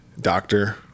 Doctor